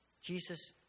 Jesus